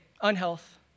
unhealth